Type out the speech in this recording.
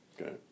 okay